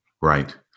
right